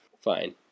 fine